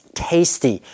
tasty